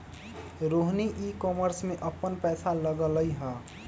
Rohini e commerce में अप्पन पैसा लगअलई ह